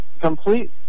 complete